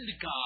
God